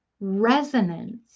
resonance